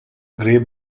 grey